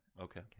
Okay